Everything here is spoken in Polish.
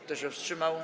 Kto się wstrzymał?